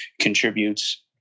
contributes